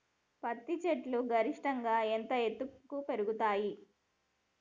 పత్తి చెట్లు గరిష్టంగా ఎంత ఎత్తు వరకు పెరుగుతయ్?